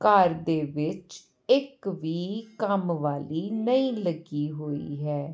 ਘਰ ਦੇ ਵਿੱਚ ਇੱਕ ਵੀ ਕੰਮ ਵਾਲੀ ਨਹੀਂ ਲੱਗੀ ਹੋਈ ਹੈ